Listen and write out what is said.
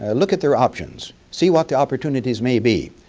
ah look at their options, see what the opportunities may be,